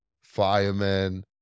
firemen